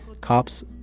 cops